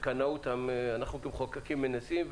בקנאות אנחנו כמחוקקים מנסים,